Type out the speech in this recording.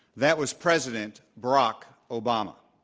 that was president barack obama.